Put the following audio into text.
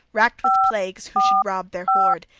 racked with plagues, who should rob their hoard.